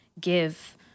give